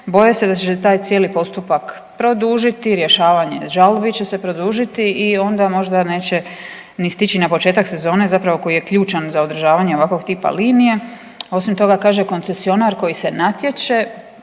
boje se da će se taj cijeli postupak produžiti, rješavanje žalbi će se produžiti i onda možda neće ni stići na početak sezone zapravo koji je ključan za održavanje ovakvog tipa linije. A osim toga kaže koncesionar koji se natječe,